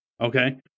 okay